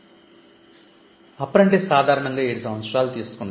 కాబట్టి అప్రెంటిస్ సాధారణంగా 7 సంవత్సరాలు తీసుకుంటాడు